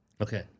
Okay